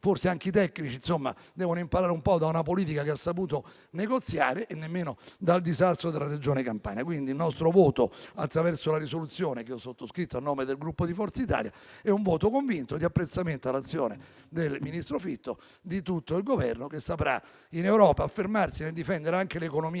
forse anche i tecnici devono imparare un po' da una politica che ha saputo negoziare - e nemmeno ci ispireremo al disastro della Regione Campania. Il nostro voto quindi, attraverso la risoluzione che ho sottoscritto a nome del Gruppo Forza Italia, è convinto, di apprezzamento all'azione del ministro Fitto e di tutto il Governo, che saprà affermarsi in Europa nel difendere anche l'economia